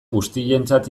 guztientzat